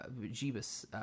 Jeebus